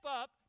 up